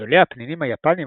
דולי הפנינים היפנים,